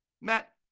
matt